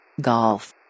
Golf